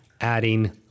adding